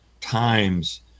times